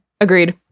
Agreed